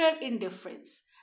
indifference